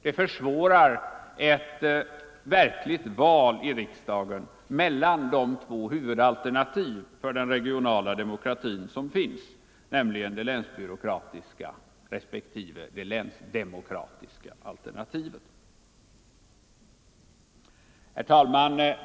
Det försvårar ett verkligt val i riksdagen mellan de två huvudalternativ för den regionala demokratin som finns, nämligen det länsbyråkratiska och det länsdemokratiska alternativet. Herr talman!